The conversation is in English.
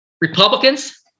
Republicans